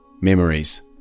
Memories